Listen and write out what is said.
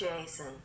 Jason